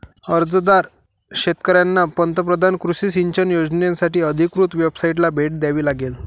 अर्जदार शेतकऱ्यांना पंतप्रधान कृषी सिंचन योजनासाठी अधिकृत वेबसाइटला भेट द्यावी लागेल